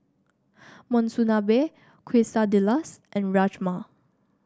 Monsunabe Quesadillas and Rajma